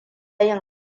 yin